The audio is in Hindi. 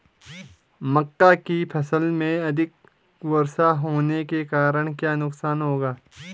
मक्का की फसल में अधिक वर्षा होने के कारण क्या नुकसान होगा?